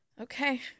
Okay